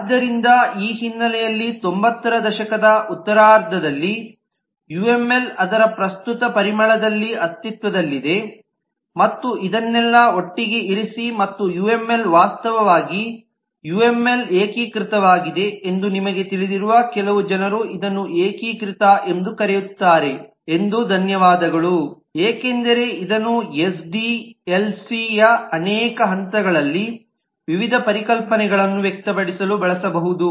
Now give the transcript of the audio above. ಆದ್ದರಿಂದ ಈ ಹಿನ್ನೆಲೆಯಲ್ಲಿ 90 ರ ದಶಕದ ಉತ್ತರಾರ್ಧದಲ್ಲಿ ಯುಎಂಎಲ್ ಅದರ ಪ್ರಸ್ತುತ ಪರಿಮಳದಲ್ಲಿ ಅಸ್ತಿತ್ವದಲ್ಲಿದೆ ಮತ್ತು ಇದನ್ನೆಲ್ಲಾ ಒಟ್ಟಿಗೆ ಇರಿಸಿ ಮತ್ತು ಯುಎಂಎಲ್ ವಾಸ್ತವವಾಗಿ ಯುಎಮ್ಎಲ್ನಲ್ಲಿ ಏಕೀಕೃತವಾಗಿದೆ ಎಂದು ನಿಮಗೆ ತಿಳಿದಿರುವ ಕೆಲವು ಜನರು ಇದನ್ನು ಏಕೀಕೃತ ಎಂದು ಕರೆಯುತ್ತಾರೆ ಎಂದು ಧನ್ಯವಾದಗಳು ಏಕೆಂದರೆ ಇದನ್ನು ಎಸ್ ಡಿ ಎಲ್ ಸಿ ಯ ಅನೇಕ ಹಂತಗಳಲ್ಲಿ ವಿವಿಧ ಪರಿಕಲ್ಪನೆಗಳನ್ನು ವ್ಯಕ್ತಪಡಿಸಿ ಬಳಸಬಹುದು